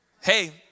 Hey